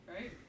right